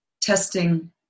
testing